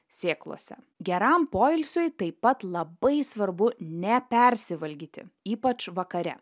sėklose geram poilsiui taip pat labai svarbu nepersivalgyti ypač vakare